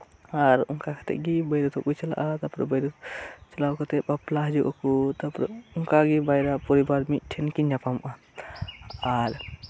ᱟᱨ ᱚᱱᱠᱟᱠᱟᱛᱮᱜ ᱜᱤ ᱵᱟᱹᱭᱨᱟᱹᱛᱚᱜ ᱠᱩ ᱪᱟᱞᱟᱜ ᱟ ᱛᱟᱯᱚᱨ ᱵᱟᱹᱭᱨᱟᱹᱛ ᱪᱟᱞᱟᱣ ᱠᱟᱛᱮᱜ ᱵᱟᱯᱞᱟ ᱦᱤᱡᱩᱜ ᱟᱠᱚ ᱛᱟᱯᱚᱨᱮ ᱚᱱᱠᱟᱜᱮ ᱵᱟᱨᱭᱟ ᱯᱚᱨᱤᱵᱟᱨ ᱢᱤᱫᱴᱷᱮᱱ ᱠᱤᱱ ᱧᱟᱯᱟᱢᱚᱜᱼᱟ ᱟᱨ